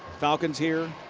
falcons here.